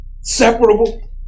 separable